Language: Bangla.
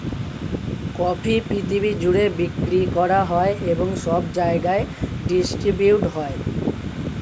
কফি পৃথিবী জুড়ে বিক্রি করা হয় এবং সব জায়গায় ডিস্ট্রিবিউট হয়